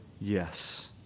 Yes